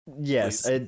Yes